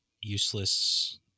useless